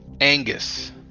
Angus